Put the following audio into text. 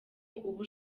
uba